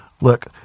Look